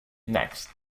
next